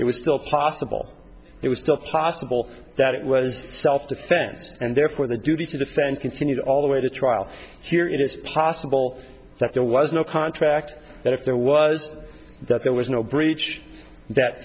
it was still possible it was still possible that it was self defense and therefore the duty to defend continued all the way to trial here it is possible that there was no contract that if there was that there was no breach that